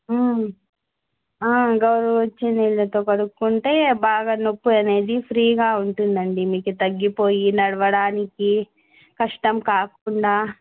గోరువెచ్చని నీళ్ళతో కడుక్కుంటే బాగా నొప్పి అనేది ఫ్రీగా ఉంటుంది అండి మీకు తగ్గిపోయి నడవడానికి కష్టం కాకుండా